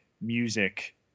music